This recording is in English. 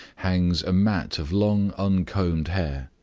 hangs a mat of long, uncombed hair.